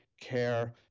care